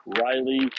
Riley